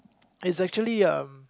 is actually um